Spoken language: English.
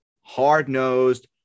Hard-nosed